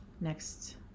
next